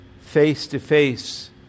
face-to-face